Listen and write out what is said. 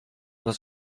was